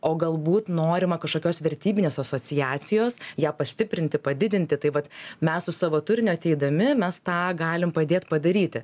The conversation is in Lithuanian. o galbūt norima kašokios vertybinės asociacijos ją pastiprinti padidinti tai vat mes su savo turiniu ateidami mes tą galim padėt padaryti